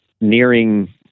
nearing